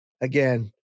Again